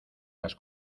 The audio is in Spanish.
las